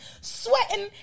Sweating